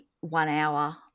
one-hour